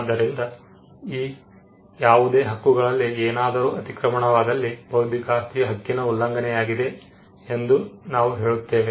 ಆದ್ದರಿಂದ ಈ ಯಾವುದೇ ಹಕ್ಕುಗಳಲ್ಲಿ ಏನಾದರೂ ಅತಿಕ್ರಮಣವಾದಲ್ಲಿ ಬೌದ್ಧಿಕ ಆಸ್ತಿಯ ಹಕ್ಕಿನ ಉಲ್ಲಂಘನೆಯಾಗಿದೆ ಎಂದು ನಾವು ಹೇಳುತ್ತೇವೆ